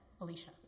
Alicia